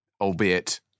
albeit